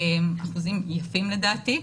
אחוזים יפים לדעתי,